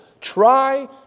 try